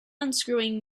unscrewing